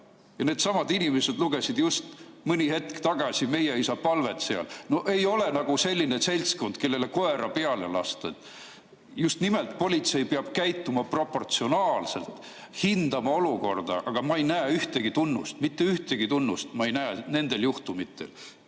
Needsamad inimesed lugesid just mõni hetk tagasi seal meieisapalvet. No ei ole nagu selline seltskond, kellele koer peale lasta. Just nimelt: politsei peab käituma proportsionaalselt, hindama olukorda, aga ma ei näe ühtegi tunnust. Mitte ühtegi tunnust ma ei näe nendel juhtumitel